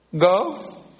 go